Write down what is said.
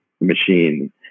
machine